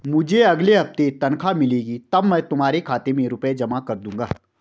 मुझे अगले हफ्ते तनख्वाह मिलेगी तब मैं तुम्हारे खाते में रुपए जमा कर दूंगा